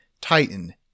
Titan